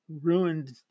ruined